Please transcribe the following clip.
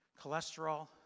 cholesterol